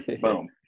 Boom